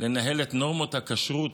לנהל את נורמות הכשרות,